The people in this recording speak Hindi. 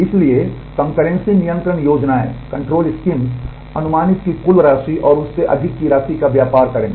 इसलिए कंकर्रेंसी नियंत्रण योजनाएं अनुमति की कुल राशि और उससे अधिक की राशि का व्यापार करेंगी